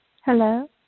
Hello